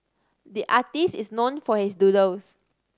the artist is known for his doodles